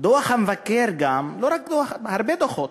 דוח המבקר גם, לא רק, הרבה דוחות,